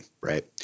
right